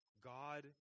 God